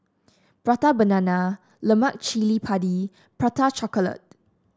Prata Banana Lemak Cili Padi Prata Chocolate